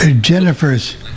Jennifer's